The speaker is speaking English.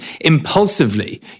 impulsively